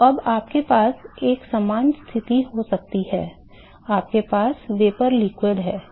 तो अब आपके पास एक समान स्थिति हो सकती है हमारे पास वाष्प तरल है